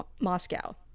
moscow